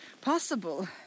possible